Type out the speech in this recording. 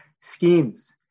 schemes